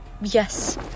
Yes